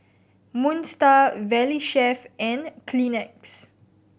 Moon Star Valley Chef and Kleenex